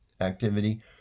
activity